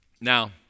Now